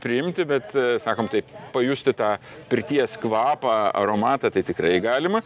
priimti bet sakom taip pajusti tą pirties kvapą aromatą tai tikrai galima